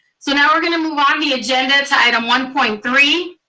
so now we're going to move on the agenda to item one point three.